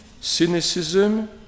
Cynicism